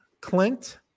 Clint